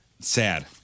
Sad